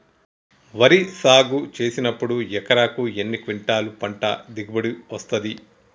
వరి సాగు చేసినప్పుడు ఎకరాకు ఎన్ని క్వింటాలు పంట దిగుబడి వస్తది?